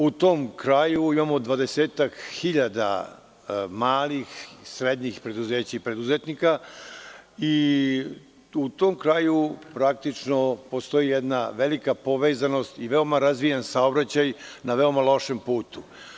U tom kraju imamo dvadesetak hiljada malih i srednjih preduzeća i preduzetnika i, praktično, postoji jedna velika povezanost i veoma razvijen saobraćaj na veoma lošem putu.